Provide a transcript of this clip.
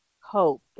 hope